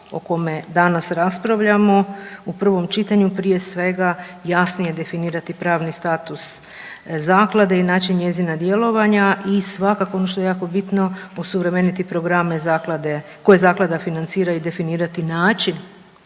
o kome danas raspravljamo u prvom čitanju prije svega jasnije definirati pravni status zaklade i način njezina djelovanja i svakako ono što je jako bitno osuvremeniti programe koje zaklada financira i definirati način